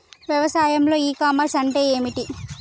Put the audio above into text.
వ్యవసాయంలో e commerce అంటే ఏమిటి?